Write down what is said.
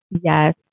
Yes